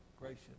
gracious